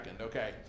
Okay